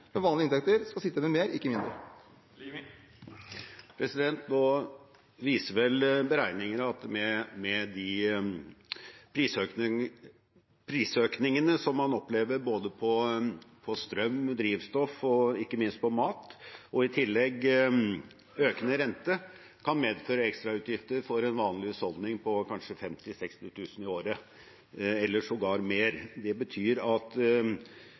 med vanlige inntekter skal sitte igjen med mer, ikke mindre. Nå viser vel beregninger at de prisøkningene man opplever på både strøm, drivstoff og ikke minst mat, i tillegg til økende rente, kan medføre ekstrautgifter for en vanlig husholdning på kanskje 50 000–60 000 kr i året, eller sågar mer. Det betyr at